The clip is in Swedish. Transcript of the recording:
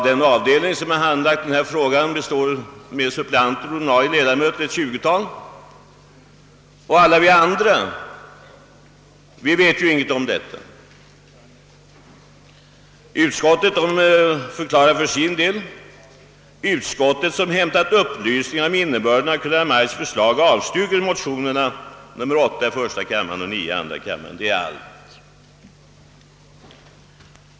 Den avdelning som handlagt denna fråga består av ett tjugotal ordinarie ledamöter och suppleanter. Alla vi andra vet ingenting om saken. Utskottet skriver: »Utskottet, som inhämtat upplysningar om innebörden av Kungl. Maj:ts förslag, avstyrker motionerna I:8 och II: 9.» Det är allt.